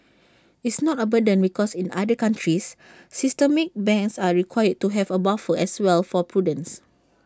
it's not A burden because in other countries systemic banks are required to have A buffer as well for prudence